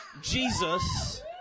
Jesus